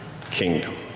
kingdom